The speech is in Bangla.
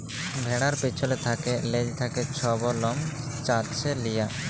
ভেড়ার পিছল থ্যাকে লেজ থ্যাকে ছব লম চাঁছে লিয়া